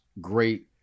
Great